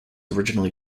originally